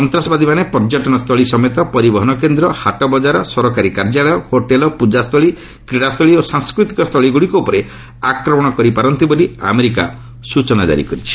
ସନ୍ତାସବାଦୀମାନେ ପର୍ଯ୍ୟଟନ ସ୍ଥଳୀ ସମେତ ପରିବହନ କେନ୍ଦ୍ର ହାଟବଜାର ସରକାରୀ କାର୍ଯ୍ୟାଳୟ ହୋଟେଲ୍ ପ୍ରଜାସ୍ଥଳୀ କ୍ରଡ଼ାସ୍ଥଳୀ ଓ ସାଂସ୍କୃତିକ ସ୍ଥଳୀଗୁଡ଼ିକ ଉପରେ ଆକ୍ରମଣ କରିପାରନ୍ତି ବୋଲି ଆମେରିକା ସ୍ଟଚନା ଜାରି କରିଛି